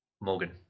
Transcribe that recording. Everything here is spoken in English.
morgan